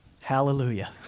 Hallelujah